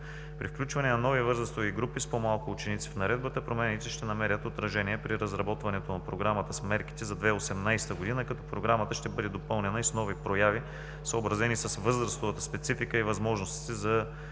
При включване на нови възрастови групи с по-малко ученици в Наредбата, промените ще намерят отражение при разработването на Програмата с мерките за 2018 г., като Програмата ще бъде допълнена и с нови прояви, съобразени с възрастовата специфика и възможностите за